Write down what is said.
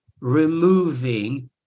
removing